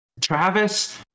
travis